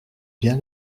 bien